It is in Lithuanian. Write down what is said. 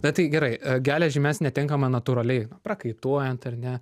bet tai gerai geležį mes netenkame natūraliai prakaituojant ar ne